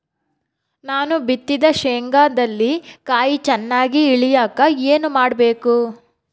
ನಾನು ಬಿತ್ತಿದ ಶೇಂಗಾದಲ್ಲಿ ಕಾಯಿ ಚನ್ನಾಗಿ ಇಳಿಯಕ ಏನು ಮಾಡಬೇಕು?